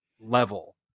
level